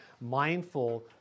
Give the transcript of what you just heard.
mindful